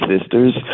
sisters